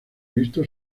visto